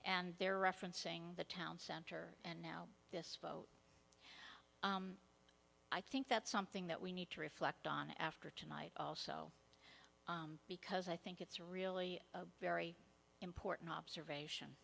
and they're referencing the town center and now this vote i think that's something that we need to reflect on after tonight also because i think it's really a very important observation